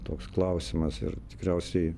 toks klausimas ir tikriausiai